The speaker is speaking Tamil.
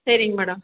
சரிங்க மேடம்